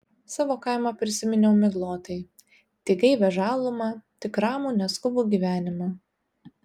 savo kaimą prisiminiau miglotai tik gaivią žalumą tik ramų neskubų gyvenimą